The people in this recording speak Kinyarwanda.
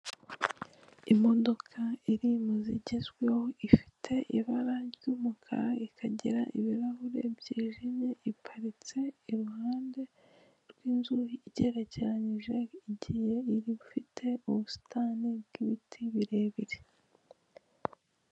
Imodoka iri mu zigezweho ifite ibara ry'umukara, ikagira ibirahure byijimye iparitse iruhande rw'inzu igerekerenyije igiye ifite ubusitani bw'ibiti birebire.